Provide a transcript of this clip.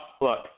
look